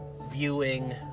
viewing